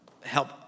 help